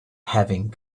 having